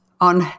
on